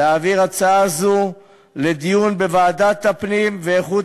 להעביר הצעה זו לדיון בוועדת הפנים ואיכות